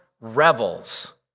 rebels